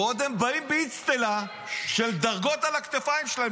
ועוד הם באים באצטלה של דרגות על הכתפיים שלהם,